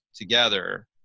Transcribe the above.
together